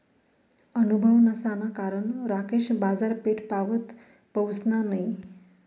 अनुभव नसाना कारण राकेश बाजारपेठपावत पहुसना नयी